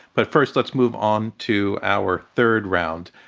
but first, let's move on to our third round.